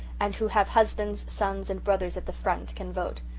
and who have husbands, sons, and brothers at the front, can vote.